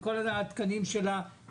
עם כל התקנים של הרופאים,